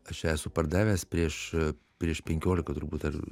aš ją esu pardavęs prieš prieš penkiolika turbūt dar